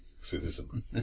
Citizen